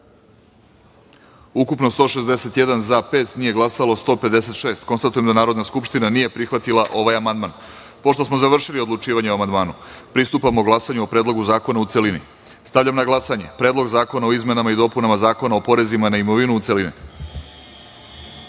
– 156 narodnih poslanika. Konstatujem da Narodna skupština nije prihvatila ovaj amandman. Pošto smo završili odlučivanje o amandmanu, pristupamo glasanju o Predlogu zakona u celini. Stavljam na glasanje Predlog zakona o izmenama i dopunama Zakona o porezima na imovinu, u